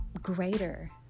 greater